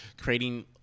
creating